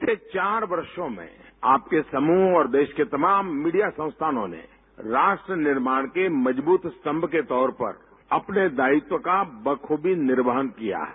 बीते चार वर्षों में आपके समूह और देश के तमाम मीडिया संस्थानों ने राष्ट्र निर्माण के मजबूत स्तम के तौर पर अपने दायित्व का बखूबी निर्वाहन किया है